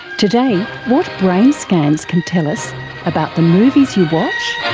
today, what brain scans can tell us about the movies you watch,